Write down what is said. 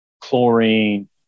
chlorine